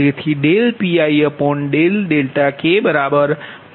તેથી Pik ViBikઆ સમીકરણ 68 છે